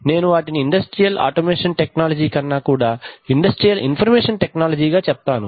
నేను వాటిని industrial automation technology కన్నా కూడా ఇండస్ట్రియల్ ఇన్ఫర్మేషన్ టెక్నాలజి గా చెప్తాను